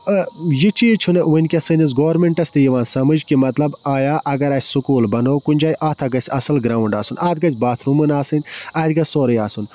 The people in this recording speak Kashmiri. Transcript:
أ یہِ چیٖز چھُنہٕ وٕنۍکٮ۪س سٲنِس گورمٮ۪نٛٹَس تہِ یِوان سمٕجھ کہِ مطلب آیا اَگر اَسہِ سُکوٗل بنوو کُنہِ جایہِ اَتھ ہہ گژھِ اَصٕل گرٛاوُنٛڈ آسُن اَتھ ہہ گژھِ باتھ روٗم ۂنۍ آسٕنۍ اَسہِ گژھِ سورٕے آسُن